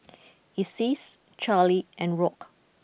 Isis Charlie and Rock